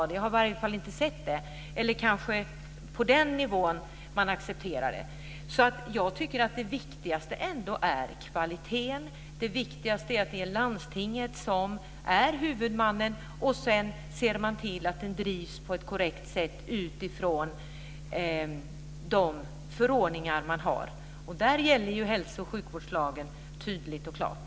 Jag har i varje fall inte sett någon motion om detta. Kanske accepterar man det på den nivån. Jag tycker att det viktigaste ändå är kvaliteten - att landstinget är huvudman och att man sedan ser till att verksamheten drivs på ett korrekt sätt utifrån de förordningar som finns. Där gäller hälso och sjukvårdslagen tydligt och klart.